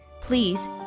Please